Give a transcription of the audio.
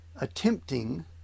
attempting